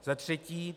Za třetí.